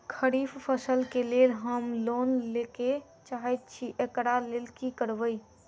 खरीफ फसल केँ लेल हम लोन लैके चाहै छी एकरा लेल की करबै?